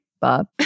Bob